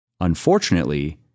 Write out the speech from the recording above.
Unfortunately